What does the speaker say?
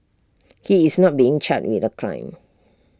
he is not being charged with A crime